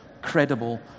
credible